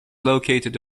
located